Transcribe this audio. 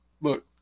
look